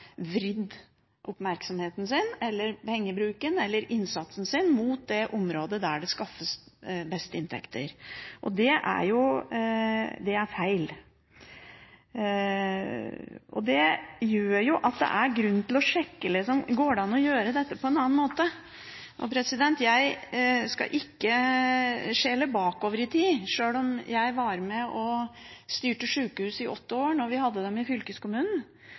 vridd oppmerksomheten, pengebruken eller innsatsen sin mot det området der det skaffes best inntekter. Det er feil, og det gjør at det er grunn til å sjekke om det går an å gjøre dette på en annen måte. Jeg skal ikke skjele bakover i tid, sjøl om jeg var med og styrte sjukehus i åtte år da vi hadde dem i fylkeskommunen,